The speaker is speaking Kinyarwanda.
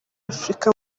afurika